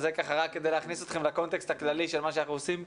זה רק כדי להכניס אתכם לקונטקסט הכללי של מה שאנחנו עושים פה.